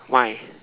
why